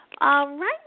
right